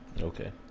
Okay